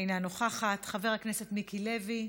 אינה נוכחת, חבר הכנסת מיקי לוי,